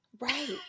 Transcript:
right